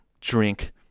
drink